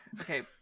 Okay